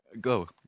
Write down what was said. Go